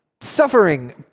suffering